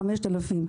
5,000,